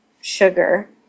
sugar